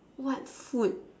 what food